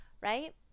right